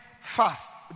fast